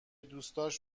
دوستاش